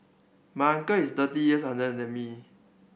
my uncle is thirty years younger than me